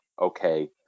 okay